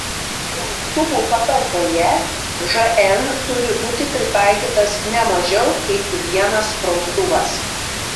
praustuvų patalpoje žn turi būti pritaikytas ne mažiau kaip vienas praustuvas